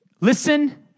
Listen